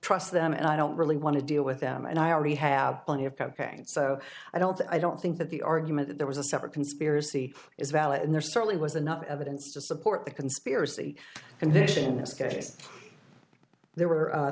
trust them and i don't really want to deal with them and i already have plenty of cocaine so i don't i don't think that the argument that there was a separate conspiracy is valid and there certainly was enough evidence to support the conspiracy and dition this case there were